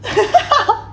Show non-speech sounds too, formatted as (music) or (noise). (laughs)